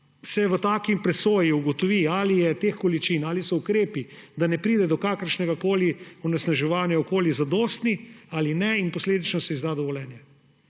se v taki presoji ugotovi, koliko je teh količin, ali so ukrepi, da ne pride do kakršnegakoli onesnaževanje okolja zadostni ali ne, in posledično se izda dovoljenje.